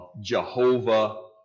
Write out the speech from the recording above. Jehovah